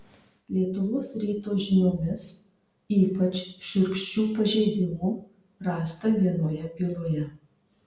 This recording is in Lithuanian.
lietuvos ryto žiniomis ypač šiurkščių pažeidimų rasta vienoje byloje